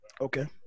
Okay